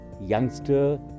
youngster